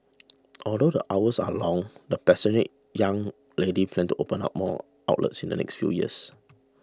although the hours are long the passionate young lady plans to open up more outlets in the next few years